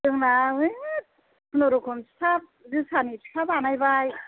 जोंना होय खुनुरुखुम फिथा जोसानि फिथा बानायबाय